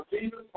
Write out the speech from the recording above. Jesus